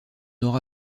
aura